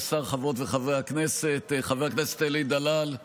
השר, חברות וחברי הכנסת, חבר הכנסת אלי דלל,